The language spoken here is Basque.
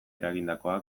eragindakoa